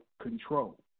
control